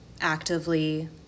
actively